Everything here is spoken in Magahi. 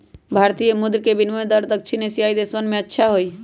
भारतीय मुद्र के विनियम दर दक्षिण एशियाई देशवन में अच्छा हई